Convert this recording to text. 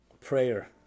prayer